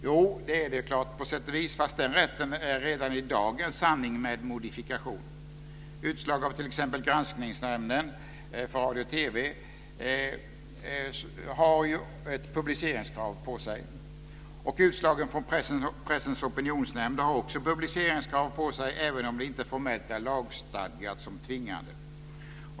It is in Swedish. Jo, det är det på sätt och vis, fast den rätten är redan i dag en sanning med modifikation. Utslag av t.ex. Granskningsnämnden för radio och TV har ett publiceringskrav på sig. Utslagen från Pressens opinionsnämnd har också ett publiceringskrav på sig även om det inte formellt är lagstadgat som tvingande.